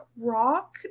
rock